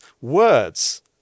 words